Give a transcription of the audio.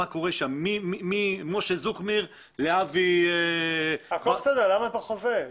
הכול בסדר אבל למה בחוזה.